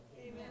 Amen